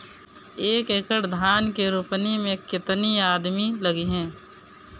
एक एकड़ धान के रोपनी मै कितनी आदमी लगीह?